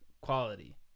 quality